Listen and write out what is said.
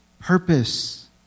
Purpose